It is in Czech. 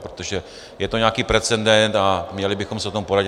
Protože je to nějaký precedent a měli bychom se o tom poradit.